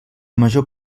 major